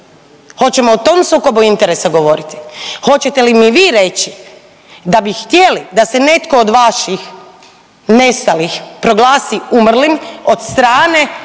Hoćemo o tom sukobu interesa govoriti? Hoćete li mi vi reći da bi htjeli da se netko od vaših nestalih proglasi umrlim od strane